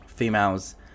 females